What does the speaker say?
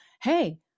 hey